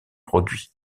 produits